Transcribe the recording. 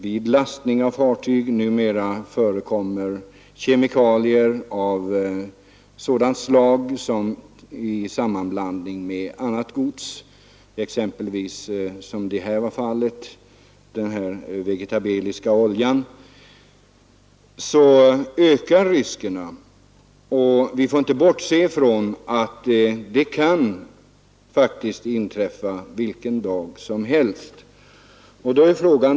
Vid lastningen av fartyg förekommer numera kemikalier av sådant slag som vid sammanblandning med annat gods, exempelvis vegetabilisk olja som i det här fallet, ökar riskerna. Vi får därför inte bortse ifrån att det faktiskt kan inträffa en ny katastrof vilken dag som helst.